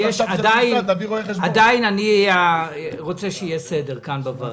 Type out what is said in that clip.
אני עדיין רוצה שיהיה סדר כאן, בוועדה.